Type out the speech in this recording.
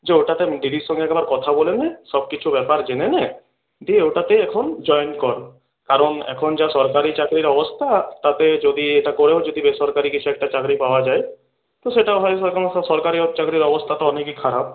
যে ওটাতে দিদির সঙ্গে একবার কথা বলে নে সব কিছু ব্যাপার জেনে নে দিয়ে ওটাতেই এখন জয়েন কর কারণ এখন যা সরকারি চাকরির অবস্থা তাতে যদি এটা করেও যদি বেসরকারি কিছু একটা চাকরি পাওয়া যায় তো সেটাও সরকারি চাকরির অবস্থা তো অনেকই খারাপ